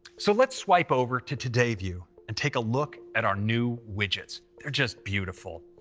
so let's swipe over to today view and take a look at our new widgets. they're just beautiful.